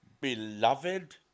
beloved